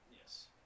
Yes